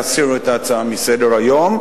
להסיר את ההצעה מסדר-היום,